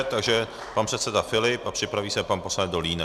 Takže pan předseda Filip a připraví se pan poslanec Dolínek.